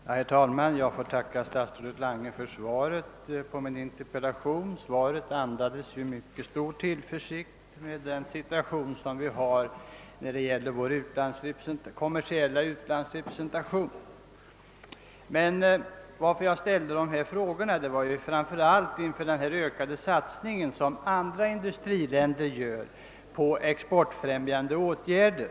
Herr talman! Jag ber att få tacka statsrådet Lange för svaret på min interpellation. Svaret andades mycket stor tillförsikt med den situation vi har när det gäller vår kommersiella utlandsrepresentation. Men anledningen till att jag ställde dessa frågor var framför allt den ökade satsning som andra industriländer gör på exportfrämjande åtgärder.